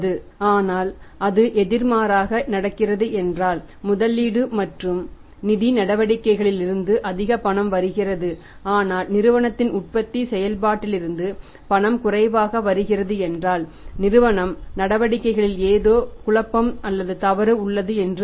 ஆனால் அது எதிர்மாறாக நடக்கிறது என்றால் முதலீடு மற்றும் நிதி நடவடிக்கைகளில் இருந்து அதிக பணம் வருகிறது ஆனால் நிறுவனத்தின் உற்பத்தி செயல்பாட்டிலிருந்து பணம் குறைவாக வருகிறது என்றால் நிறுவன நடவடிக்கைகளில் ஏதோ குழப்பம் அல்லது தவறு உள்ளது என்று அர்த்தம்